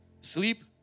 sleep